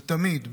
ותמיד,